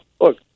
look